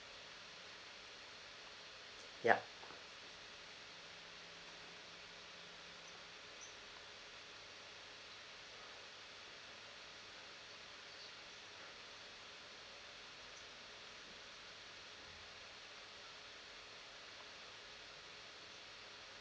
yup